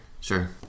Sure